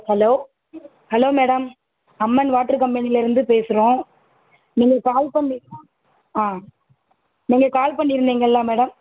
hello hello madam Amman water கம்பெனிலேருந்து பேசுகிறோம் நீங்கள் கால் பண்ணியிருந்திங்க ஆ நீங்கள் கால் பண்ணியிருந்திங்கல்ல மேடம்